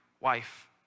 wife